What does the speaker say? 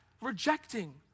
rejecting